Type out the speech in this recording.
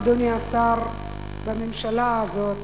אדוני השר בממשלה הזאת,